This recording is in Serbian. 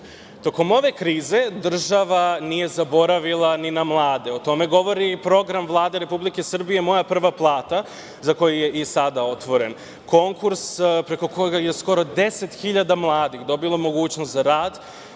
1,5%.Tokom ove krize država nije zaboravila ni na mlade. O tome govori program Vlade Republike Srbije – „Moja prva plata“ za koju je i sada otvoren konkurs, preko koga je skoro 10.000 mladih dobilo mogućnost za rad,